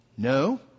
No